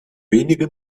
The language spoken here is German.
wenige